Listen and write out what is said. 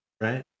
right